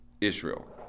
israel